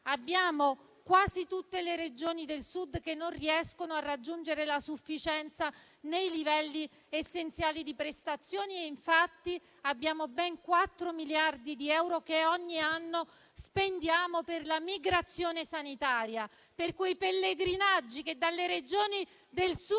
diversi, quasi tutte le Regioni del Sud che non riescono a raggiungere la sufficienza nei livelli essenziali di prestazioni e ben 4 miliardi di euro che ogni anno spendiamo per la migrazione sanitaria, cioè per quei pellegrinaggi che dalle Regioni del Sud